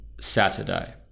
Saturday